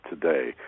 today